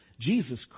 Jesus